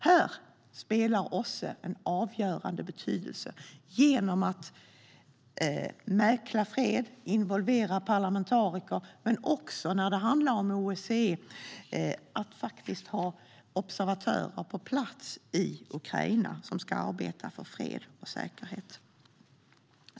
Här spelar OSSE en avgörande roll genom att mäkla fred och involvera parlamentariker men också genom att ha observatörer på plats i Ukraina som ska arbeta för fred och säkerhet.